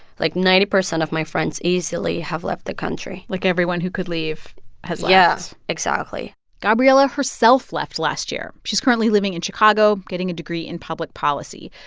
like, ninety percent of my friends easily have left the country like, everyone who could leave has left yeah, exactly gabriela herself left last year. she's currently living in chicago, getting a degree in public policy.